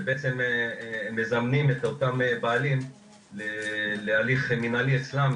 שבעצם מזמנים את אולם בעלים להליך מינהלי אצלם,